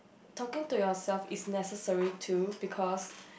talking to yourself is necessary too because